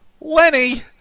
Lenny